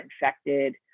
infected